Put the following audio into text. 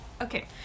Okay